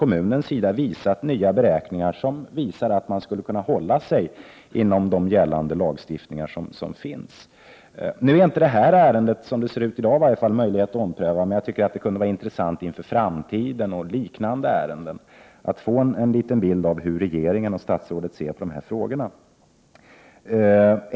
Kommunen har också visat nya beräkningar som ger vid handen att bullret skulle hållas inom de ramar som gällande lagstiftning satt upp. Nu finns det inte möjlighet att ompröva detta ärende, men det kunde vara intressant inför framtiden att få en bild av hur regeringen och statsrådet uppfattar dessa frågor.